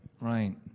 Right